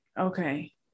Okay